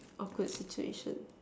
awkward situation